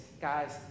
guys